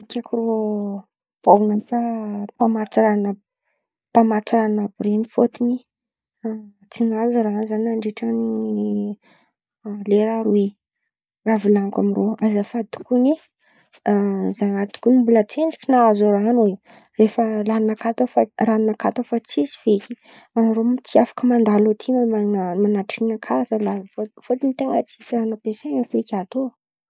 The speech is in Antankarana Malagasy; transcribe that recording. Zah zen̈y tiako voanasà mpamatra ran̈o àby ren̈y fôtony tsy nahazo ran̈o zah nandritran̈y lera aroe. Raha volan̈iko amindrô! Azafady tokony zah ato kony mbola tsendriky nahazo ran̈o nefa ran̈o ran̈onakà tao fa tsisy feky fa anarô ma tsy afaka mandalo aty manatitry ninakà zalahy fôtony ten̈a tsisy ran̈o ampiasain̈a feky atô.